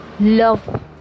love